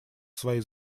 своей